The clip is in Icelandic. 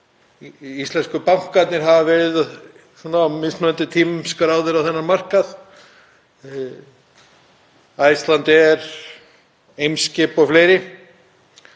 íslensku bankarnir hafa verið á mismunandi tímum skráðir á þennan markað, Icelandair, Eimskip og fleiri,